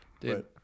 dude